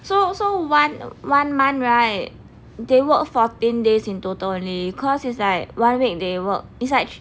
so so one one month right they work fourteen days in total only cause is like one week they work is like